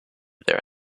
there